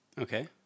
Okay